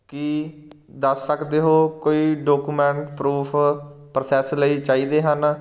ਕੀ ਦੱਸ ਸਕਦੇ ਹੋ ਕੋਈ ਡੌਕੂਮੈਂਟ ਪਰੂਫ ਪ੍ਰਸੈਸ ਲਈ ਚਾਹੀਦੇ ਹਨ